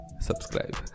subscribe